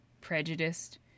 prejudiced